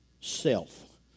self